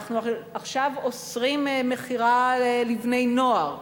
עכשיו אנחנו אוסרים מכירה לבני-נוער,